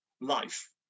life